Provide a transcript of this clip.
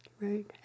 right